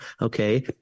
okay